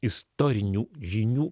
istorinių žinių